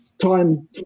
time